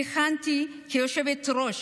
כיהנתי כיושבת-ראש